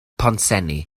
pontsenni